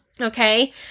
Okay